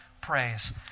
praise